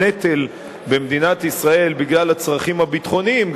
הנטל במדינת ישראל בגלל הצרכים הביטחוניים,